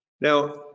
Now